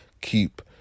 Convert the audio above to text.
keep